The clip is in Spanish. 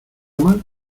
mal